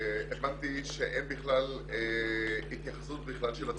הבנתי שאין בכלל התייחסות של הציבור.